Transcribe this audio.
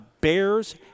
Bears